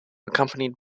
accompanied